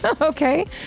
Okay